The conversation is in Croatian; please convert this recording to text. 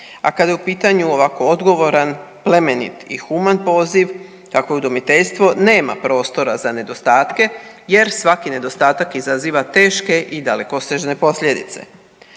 a kada je u pitanju ovako odgovoran, plemenit i human poziv tako udomiteljstvo nema prostora za nedostatke jer svaki nedostatak izaziva teške i dalekosežne posljedice.